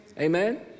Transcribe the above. Amen